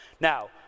Now